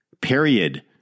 Period